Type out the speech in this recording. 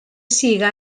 siga